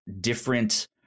different